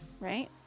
right